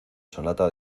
sonata